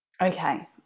Okay